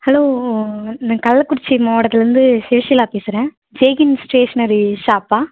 hello நான் கள்ளக்குறிச்சி மாவட்டத்திலந்து சேஷலா பேசுகிறன் ஜெயஹிந் ஸ்டேஸ்னரி ஷாப்பா